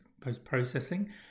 post-processing